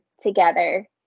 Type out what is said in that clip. together